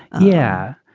yeah.